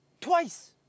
Twice